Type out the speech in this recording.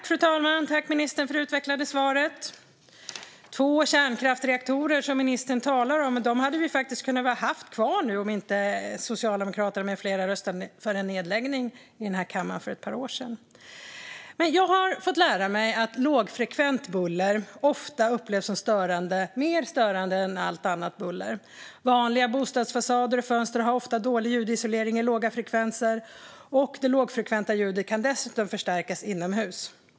Fru talman! Tack, ministern, för det utvecklade svaret! Två kärnkraftsreaktorer, som ministern talade om, hade vi faktiskt kunnat ha kvar nu om inte Socialdemokraterna med flera hade röstat för en nedläggning i den här kammaren för ett par år sedan. Jag har fått lära mig att lågfrekvent buller ofta upplevs som mer störande än allt annat buller. När jag var uppe i Jämtland i somras berättade Torbjörn för mig att vanliga bostadsfasader och fönster ofta har dålig ljudisolering för låga frekvenser, och det lågfrekventa ljudet kan dessutom förstärkas inomhus.